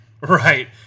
Right